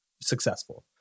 successful